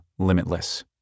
Limitless